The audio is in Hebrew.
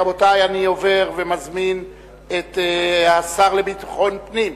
רבותי, אני מזמין את השר לביטחון הפנים,